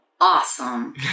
awesome